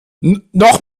noch